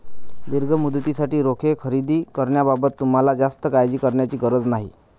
दीर्घ मुदतीसाठी रोखे खरेदी करण्याबाबत तुम्हाला जास्त काळजी करण्याची गरज नाही